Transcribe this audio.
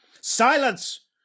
Silence